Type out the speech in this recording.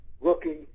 looking